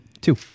two